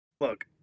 Look